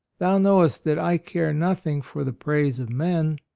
thou knowest that i care nothing for the praise of men,